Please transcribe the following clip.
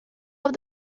have